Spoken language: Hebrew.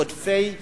עודפי גבייה.